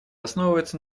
основывается